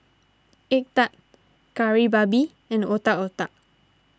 Egg Tart Kari Babi and Otak Otak